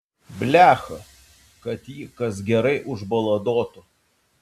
blecha kad jį kas gerai užbaladotų